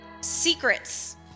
secrets